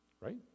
Right